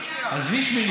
עזבי 8,